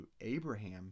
Abraham